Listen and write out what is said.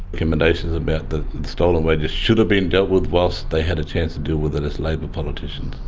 recommendations about the stolen wages should have been dealt with whilst they had a chance to deal with it as labor politicians.